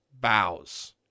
bows